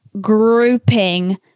grouping